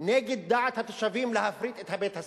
נגד דעת התושבים להפריט את בית-הספר,